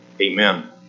Amen